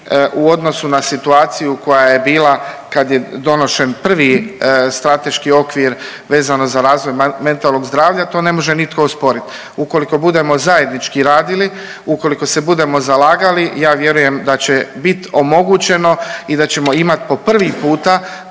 u odnosu na situaciju koja je bila kad je donošen prvi strateški okvir vezano za razvoj mentalnog zdravlja to ne može nitko osporiti. Ukoliko budemo zajednički radili, ukoliko se budemo zalagali ja vjerujem da će biti omogućeno i da ćemo imati po prvi puta